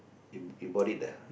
you you bought it ah